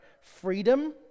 freedom